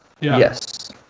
Yes